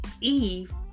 Eve